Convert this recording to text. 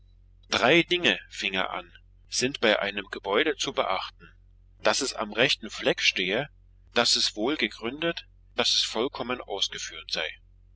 drei dinge fing er an sind bei einem gebäude zu beachten daß es am rechten fleck stehe daß es wohl gegründet daß es vollkommen ausgeführt sei